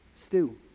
stew